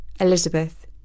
Elizabeth